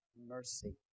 mercy